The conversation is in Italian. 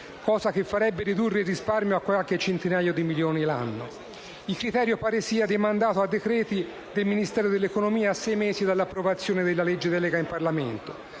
cosa che farebbe ridurre il risparmio a qualche centinaio di milioni l'anno? Il criterio pare sia demandato a decreti del Ministero dell'economia a sei mesi dall'approvazione della legge delega in Parlamento.